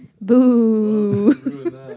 Boo